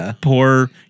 poor